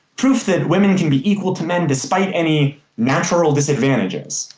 proof that women can be equal to men despite any natural disadvantages.